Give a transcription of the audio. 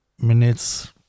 minutes